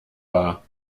war